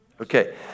Okay